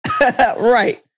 Right